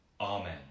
Amen